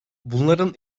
bunların